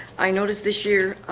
i noticed this year.